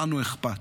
לנו אכפת,